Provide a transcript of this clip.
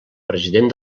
president